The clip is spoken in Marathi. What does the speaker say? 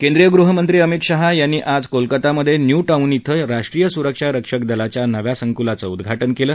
केंद्रीय गृहमंत्री अभित शहा यांनी आज कोलकातामधे न्यू टाऊन ब्रे राष्ट्रीय सुरक्षा रक्षक दलाच्या नव्या संकुलाचं उद्वाटन केलं